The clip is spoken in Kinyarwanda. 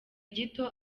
gito